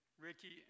Ricky